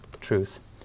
truth